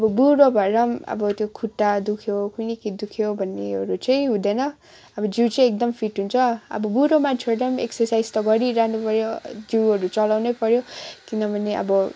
अब बुढो भएर पनि अब त्यो खुट्टा दुख्यो कुनी के दुख्यो भन्नेहरू चाहिँ हुँदैन अब जिउ चाहिँ एकदम फिट हुन्छ अब बुढो मान्छेरूले पनि पनि एक्सर्साइज त गरिरहनु पर्यो जिउहरू चलाउनै पर्यो किनभने अब